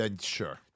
Sure